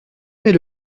mais